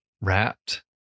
Wrapped